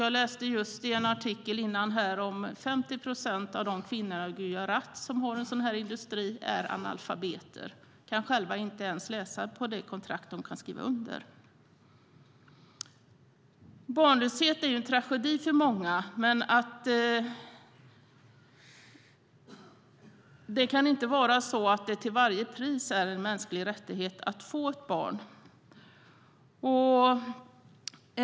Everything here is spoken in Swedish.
Jag läste just i en artikel att 50 procent av kvinnorna i Gujarat, där man har en sådan här industri, är analfabeter. Barnlöshet är en tragedi för många, men det kan inte vara så att det till varje pris är en mänsklig rättighet att få ett barn.